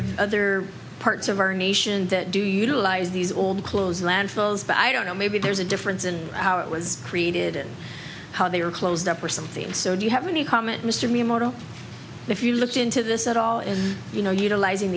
of other parts of our nation that do utilize these old clothes landfills but i don't know maybe there's a difference in how it was created and how they are closed up or something and so do you have any comment mr miyamoto if you looked into this at all and you know utilizing